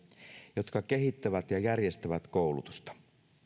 jotka kehittävät ja järjestävät koulutusta